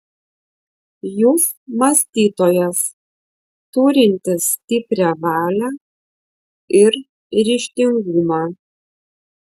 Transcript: jūs mąstytojas turintis stiprią valią ir ryžtingumą